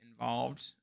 involved